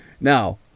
Now